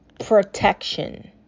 protection